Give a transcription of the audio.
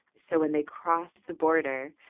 so when they crossed the border,